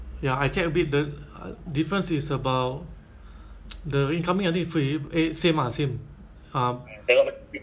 ya I check a bit the difference is about the incoming I think free eh same ah same um